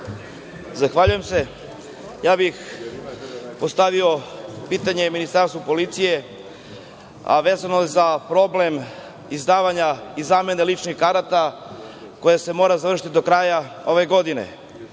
Zahvaljujem se. Ja bih postavio pitanje Ministarstvu policije, a vezano je za problem izdavanja i zamene ličnih karata koje se mora završiti do kraja ove godine. Setimo